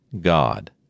God